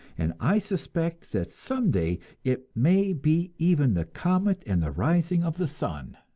and i suspect that some day it may be even the comet and the rising of the sun.